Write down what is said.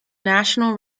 national